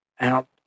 out